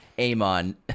Amon